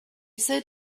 said